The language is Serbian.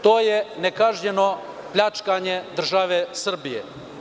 To je nekažnjeno pljačkanje države Srbije.